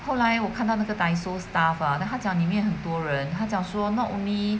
后来我看到那个 Daiso staff ah then 他讲里面很多人他讲说 not only